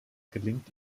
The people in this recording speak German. gelingt